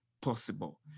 possible